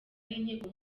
n’inkiko